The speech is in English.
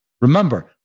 Remember